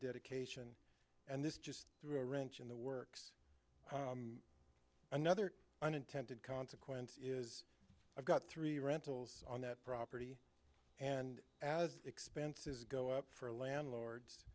dedication and this just threw a wrench in the works another unintended consequence is i've got three rentals on that property and as the expenses go up for landlords